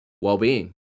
well-being